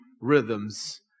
rhythms